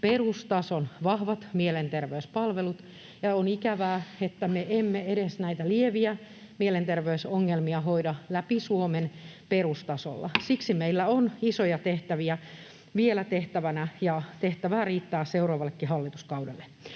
perustason vahvat mielenterveyspalvelut, ja on ikävää, että me emme edes näitä lieviä mielenterveysongelmia hoida läpi Suomen perustasolla. Siksi meillä on isoja tehtäviä vielä tehtävänä, ja tehtävää riittää seuraavallekin hallituskaudelle.